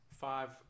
Five